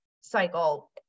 cycle